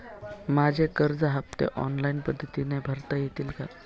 माझे कर्ज हफ्ते ऑनलाईन पद्धतीने भरता येतील का?